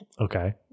okay